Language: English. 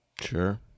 Sure